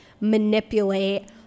manipulate